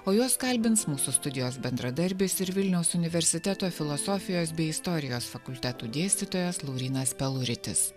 o juos kalbins mūsų studijos bendradarbis ir vilniaus universiteto filosofijos bei istorijos fakultetų dėstytojas laurynas peluritis